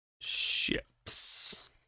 Ships